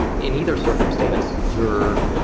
in either circumstance, you're